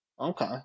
Okay